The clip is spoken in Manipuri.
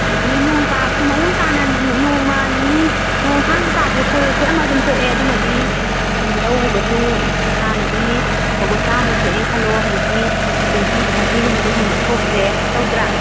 ꯑꯗꯒꯤ ꯅꯣꯡ ꯇꯥꯔꯁꯨ ꯃꯑꯣꯡ ꯇꯥꯅ ꯅꯣꯡꯃ ꯅꯤꯅꯤ ꯅꯣꯡ ꯐꯥꯅꯁꯨ ꯇꯥꯗꯦ ꯈꯔ ꯈꯔ ꯈꯤꯛꯑꯃꯒ ꯑꯗꯨꯝ ꯇꯣꯛꯑꯦ ꯑꯗꯨꯅꯗꯤ ꯂꯧ ꯎꯕꯁꯨ ꯍꯥꯟꯅꯗꯤ ꯐꯧꯕꯣꯠ ꯆꯥꯝꯃꯃꯨꯛ ꯊꯣꯛꯑꯦꯅ ꯈꯜꯂꯣ ꯍꯧꯖꯤꯛꯇꯤ ꯇ꯭ꯋꯦꯟꯇꯤ ꯊꯥꯔꯇꯤꯒꯨꯝꯕꯗꯩ ꯍꯦꯟꯅ ꯊꯣꯛꯇ꯭ꯔꯦ ꯇꯧꯗ꯭ꯔꯥ